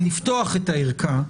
לפתוח את הערכה,